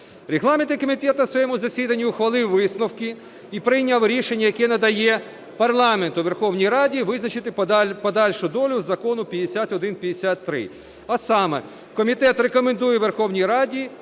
Регламентний комітет на своєму засіданні ухвалив висновки і прийняв рішення, яке надає парламенту Верховній Раді визначити подальшу долю Закону 5153. А саме комітет рекомендує Верховній Раді